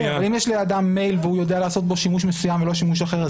אם יש לאדם מייל והוא יודע לעשות בו שימוש מסוים ולא שימוש אחר,